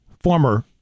former